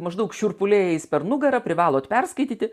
maždaug šiurpuliai eis per nugarą privalot perskaityti